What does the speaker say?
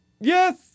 Yes